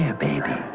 baby